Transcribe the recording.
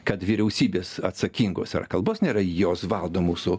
kad vyriausybės atsakingos ar kalbos nėra jos valdo mūsų